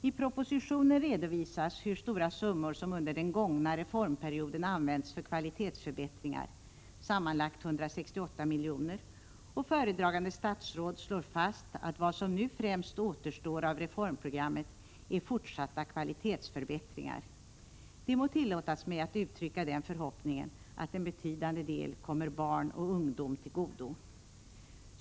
I propositionen redovisas hur stora summor som under den gångna reformperioden använts för kvalitetsförbättringar — sammanlagt 168 milj.kr. - och föredragande statsråd slår fast att vad som nu främst återstår av reformprogrammet är fortsatta kvalitetsförbättringar. Det må tillåtas mig att uttrycka den förhoppningen att en betydande del kommer barn och ungdom till godo.